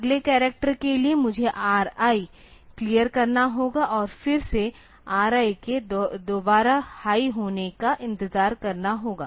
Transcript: अगले करैक्टर के लिए मुझे RI क्लियर करना होगा और फिर से RI के दोबारा हाई होने का इंतजार करना होगा